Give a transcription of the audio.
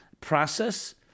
process